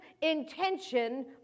intention